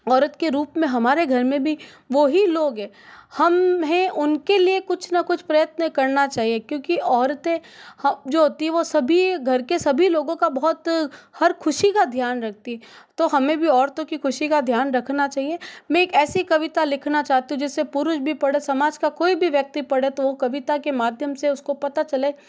औरत के रूप में हमारे घर में भी वो ही लोग हैं हम हैं उनके लिए कुछ ना कुछ प्रयत्न करना चाहिए क्योंकि औरतें जो होती वो सभी घर के सभी लोगों का बहुत हर ख़ुशी का ध्यान रखती हैं तो हमें भी औरतों की खुशी का ध्यान रखना चाहिए मैं एक ऐसी कविता लिखना चाहती हूँ जिसे पुरुष भी पढ़े समाज का कोई भी व्यक्ति पढ़े तो वो कविता के माध्यम से उसको पता चले